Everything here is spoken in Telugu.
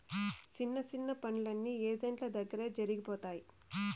సిన్న సిన్న పనులన్నీ ఏజెంట్ల దగ్గరే జరిగిపోతాయి